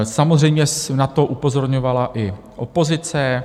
Samozřejmě na to upozorňovala i opozice.